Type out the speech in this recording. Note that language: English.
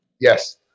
Yes